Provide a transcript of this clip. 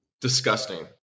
Disgusting